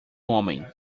homem